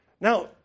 Now